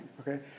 Okay